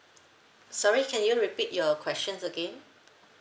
sorry can you repeat your question again